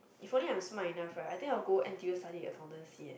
if only I'm smart enough right I think I will go n_t_u study accountancy eh